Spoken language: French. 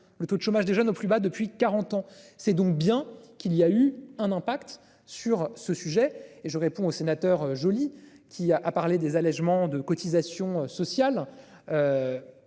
le taux de chômage des jeunes au plus bas depuis 40 ans, c'est donc bien qu'il y a eu un impact sur ce sujet et je réponds aux sénateurs jolie qui a à parler des allégements de cotisations sociales.